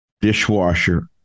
Dishwasher